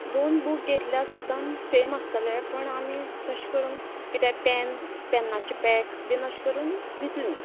दोन बूक घेतल्यार सुद्दां सेम आसतले पूण तशें करून कितेंय पॅन पॅनाचें पॅक्स बीन अशें करून दितलीं